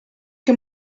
che